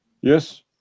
yes